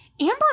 Amber